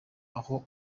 aho